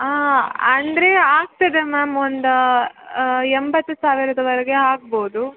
ಹಾಂ ಅಂದರೆ ಆಗ್ತದೆ ಮ್ಯಾಮ್ ಒಂದು ಎಂಬತ್ತು ಸಾವಿರದವರೆಗೆ ಆಗ್ಬೋದು